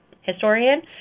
historian